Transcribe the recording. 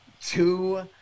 Two